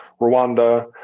Rwanda